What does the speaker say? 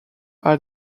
had